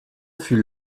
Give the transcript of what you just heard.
fut